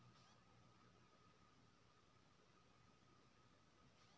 हम छोट किसान छी, बेटी के बियाह लेल ऋण भेट सकै ये?